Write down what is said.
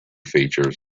features